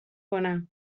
کنم